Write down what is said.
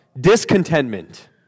discontentment